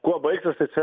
kuo baigsis tai čia